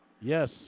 Yes